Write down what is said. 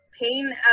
pain